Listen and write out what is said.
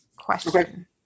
question